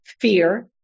fear